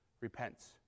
repents